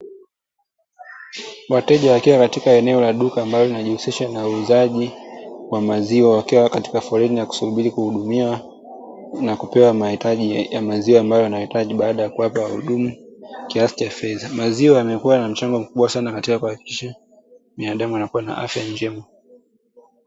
Wateja wakiwa katika eneo la duka ambalo linalojihusisha na uuzaji wa maziwa, wakiwa katika foleni ya kusubiri kuhudumiwa na kupewa mahitaji ya maziwa, ambayo wanayahitaji baada ya kuwapa wahudumu kiasi cha fedha. Maziwa yamekuwa na mchango mkubwa sana, katika kuhakikisha binadamu anakuwa na afya njema.